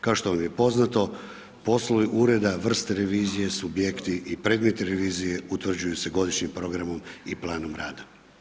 Kao što vam je poznato poslovi ureda, vrste revizije, subjekti i predmet revizije utvrđuju se godišnjim programom i planom rada.